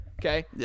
Okay